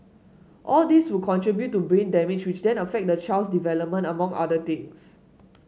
all these would contribute to brain damage which then affect the child's development among other things